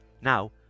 now